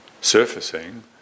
surfacing